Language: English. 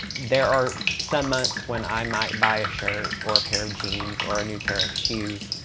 there are some months when i might buy a shirt or a pair of jeans or a new pair of shoes,